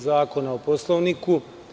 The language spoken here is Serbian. Zakona o poslovniku.